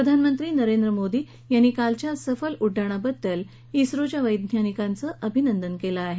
प्रधानमंत्री नरेंद्र मोदी यांनी कालच्या सफल उड्डाणाबद्दल इस्त्रोच्या वैज्ञानिकांचं अभिनंदन केलं आहे